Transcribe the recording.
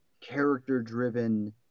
character-driven